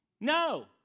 No